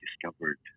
discovered